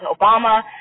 Obama